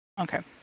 Okay